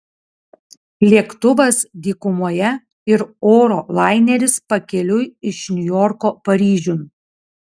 lėktuvas dykumoje ir oro laineris pakeliui iš niujorko paryžiun